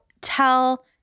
tell